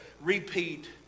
repeat